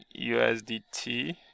USDT